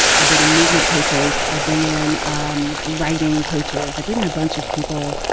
i bring in movement coaches, i bring in um writing coaches. i bring in a bunch of people,